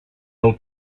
del